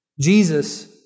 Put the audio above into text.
Jesus